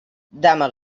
dama